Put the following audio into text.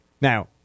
Now